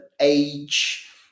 age